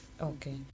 okay